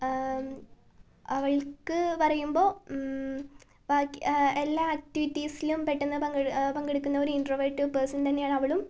അവൾക്ക് പറയുമ്പോ എല്ലാ ആക്ടിവിറ്റീസിലും പെട്ടെന്ന് പങ്കെടുക്കുന്ന ഒരു ഇന്ട്രോവേർഡ് പേഴ്സൺ തന്നെയാണവളും